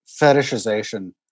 fetishization